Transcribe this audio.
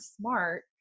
smart